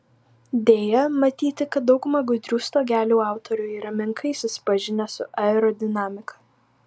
deja matyti kad dauguma gudrių stogelių autorių yra menkai susipažinę su aerodinamika